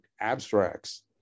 abstracts